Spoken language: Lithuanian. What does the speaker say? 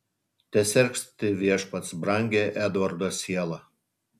tesergsti viešpats brangią edvardo sielą